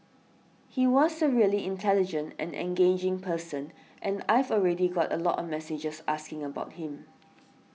he was a really intelligent and engaging person and I've already got a lot of messages asking about him